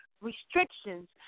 restrictions